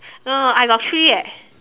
no no I got three eh